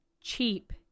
cheap